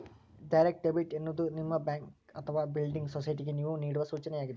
direct debit ಎನ್ನುವುದು ನಿಮ್ಮ bank ಅಥವಾ ಬಿಲ್ಡಿಂಗ್ ಸೊಸೈಟಿಗೆ ನೇವು ನೇಡುವ ಸೂಚನೆಯಾಗಿದೆ